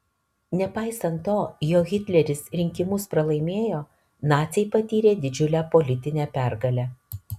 nepaisant to jog hitleris rinkimus pralaimėjo naciai patyrė didžiulę politinę pergalę